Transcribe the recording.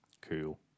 Cool